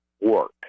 work